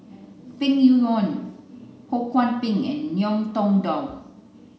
Peng Yuyun Ho Kwon Ping and Ngiam Tong Dow